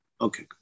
Okay